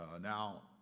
now